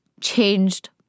changed